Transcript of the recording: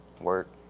Work